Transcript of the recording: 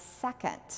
second